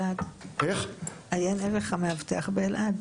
עיין ערך המאבטח באלעד.